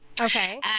Okay